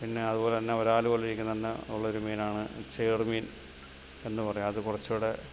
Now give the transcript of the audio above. പിന്നെ അതുപോലെ തന്നെ വരാൽ പോലെ ഇരിക്കുന്നത് തന്നെ ഉള്ളൊരു മീനാണ് ചേറ് മീൻ എന്ന് പറയും അത് കുറച്ചു കൂടെ